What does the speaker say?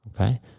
okay